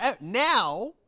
now